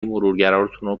مرورگراتونو